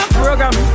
program